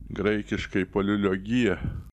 graikiškai poliliogija